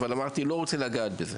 אבל אני לא רוצה לגעת בזה.